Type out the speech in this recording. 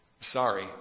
Sorry